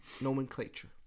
Nomenclature